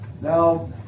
Now